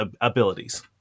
abilities